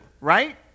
right